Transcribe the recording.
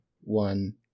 one